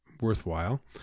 worthwhile